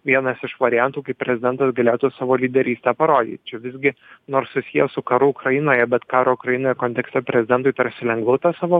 vienas iš variantų kaip prezidentas galėtų savo lyderystę parodyt čia visgi nors susiję su karu ukrainoje bet karo ukrainoje kontekste prezidentui tarsi lengviau tą savo